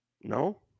No